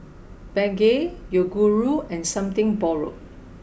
Bengay Yoguru and something borrowed